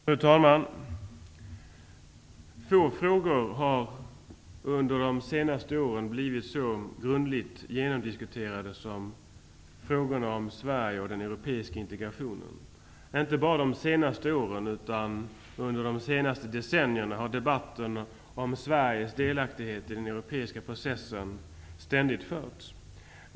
Fru talman! Få frågor har under de senaste åren blivit så grundligt genomdiskuterade som frågan om Sverige och den europeiska integrationen. Inte bara under de senaste åren utan faktiskt under de senaste decennierna har debatten om Sveriges delaktighet i den europeiska processen ständigt förts.